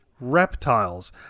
reptiles